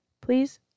Please